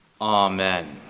Amen